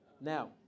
Now